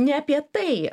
ne apie tai